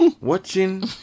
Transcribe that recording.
Watching